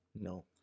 no